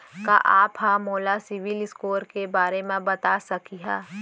का आप हा मोला सिविल स्कोर के बारे मा बता सकिहा?